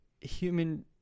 human